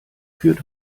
führt